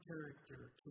character